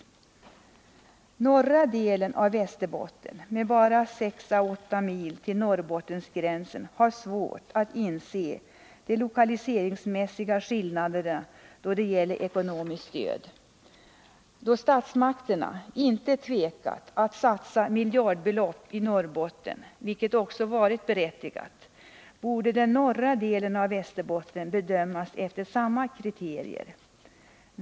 I norra delen av Västerbotten med bara sex mil till Norrbottensgränsen har man svårt att inse de lokaliseringsmässiga skillnaderna då det gäller ekonomiskt stöd. Då statsmakterna inte tvekat att satsa miljardbelopp i 175 Norrbotten, vilket också har varit berättigat, borde den norra delen av Västerbotten bedömas efter samma kriterier.